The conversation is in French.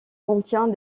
contient